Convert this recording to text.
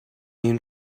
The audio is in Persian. این